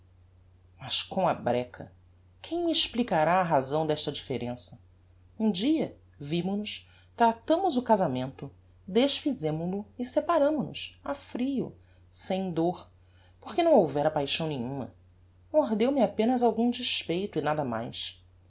mas com a breca quem me explicará a razão desta differença um dia vimo nos tratámos o casamento desfizemol o e separamo-nos a frio sem dor porque não houvera paixão nenhuma mordeu me apenas algum despeito e nada mais